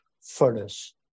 furnace